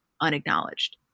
unacknowledged